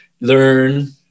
learn